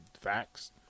facts